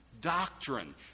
doctrine